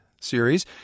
series